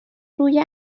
روی